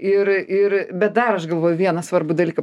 ir ir bet dar aš galvoju vieną svarbų dalyką